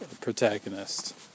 protagonist